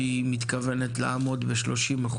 שהיא מתכוונת לעמוד מול 30%,